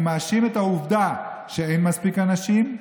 אני מאשים את העובדה שאין מספיק אנשים,